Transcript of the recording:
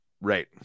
Right